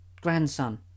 grandson